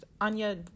Anya